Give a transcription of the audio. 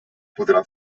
podrà